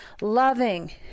loving